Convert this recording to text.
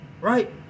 Right